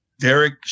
Derek